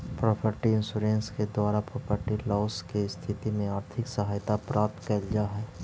property insurance के द्वारा property loss के स्थिति में आर्थिक सहायता प्राप्त कैल जा हई